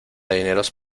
dineros